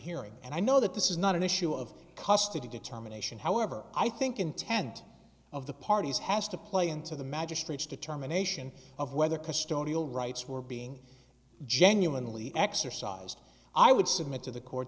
hearing and i know that this is not an issue of custody determination however i think intent of the parties has to play into the magistrate's determination of whether custodial rights were being genuinely exercised i would submit to the court